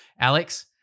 Alex